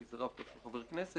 כי זה רב קו של חבר כנסת.